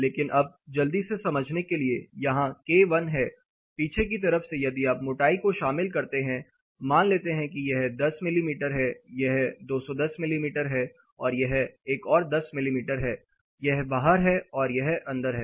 लेकिन अब जल्दी से समझने के लिए यहां K1 है पीछे की तरफ से यदि आप मोटाई को शामिल करते हैं मान लेते हैं कि यह 10 मिमी है यह 210 मिमी है और यह एक और 10 मिमी है यह बाहर है और यह अंदर है